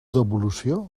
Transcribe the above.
devolució